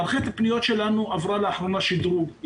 שעברה לאחרונה שדרוג.